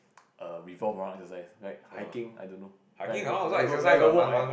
err revolve around exercise like hiking I don't know like a like a like a walk like that